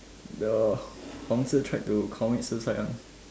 the Hong-Zi tried to commit suicide [one]